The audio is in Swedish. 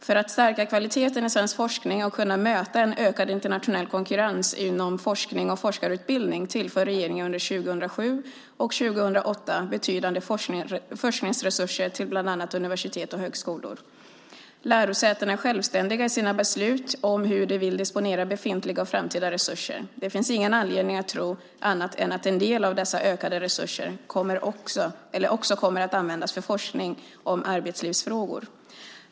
För att stärka kvaliteten i svensk forskning och kunna möta en ökad internationell konkurrens inom forskning och forskarutbildning tillför regeringen under 2007 och 2008 betydande forskningsresurser till bland annat universitet och högskolor. Lärosätena är självständiga i sina beslut om hur de vill disponera befintliga och framtida resurser. Det finns ingen anledning att tro annat än att en del av dessa ökade resurser också kommer att användas för forskning om arbetslivsfrågor.